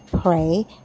Pray